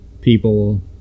people